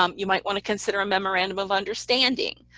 um you might want to consider a memorandum of understanding,